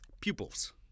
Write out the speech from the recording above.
Pupils